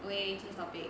oh okay okay change topic